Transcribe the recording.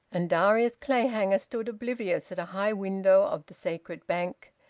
and darius clayhanger stood oblivious at a high window of the sacred bank.